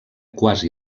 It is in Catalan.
quasi